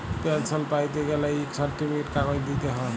পেলসল প্যাইতে গ্যালে ইক সার্টিফিকেট কাগজ দিইতে হ্যয়